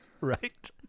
Right